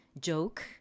joke